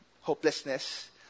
hopelessness